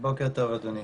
בוקר טוב אדוני.